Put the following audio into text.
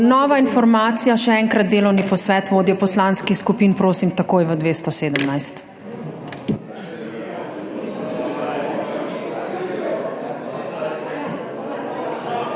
Nova informacija. Še enkrat delovni posvet, vodje poslanskih skupin, prosim, takoj v 217.